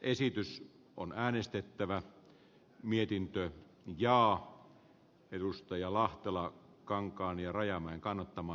kannatan myös tätä vapaa ajan kalastajien asemaa vahvistavaa ja turvaavaa ehdotusta